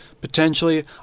potentially